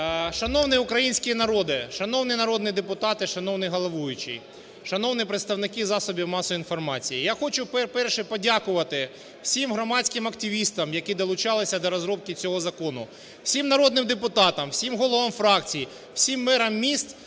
Шановний український народе, шановні народні депутати, шановний головуючий, шановні представники засобів масової інформації! Я хочу, перше, подякувати всім громадським активістам, які долучалися до розробки цього закону, всім народним депутатам, всім головам фракцій, всім мерам міст,